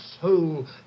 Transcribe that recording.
soul